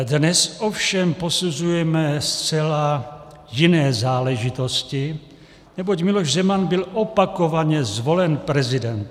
Dnes ovšem posuzujeme zcela jiné záležitosti, neboť Miloš Zeman byl opakovaně zvolen prezidentem.